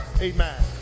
amen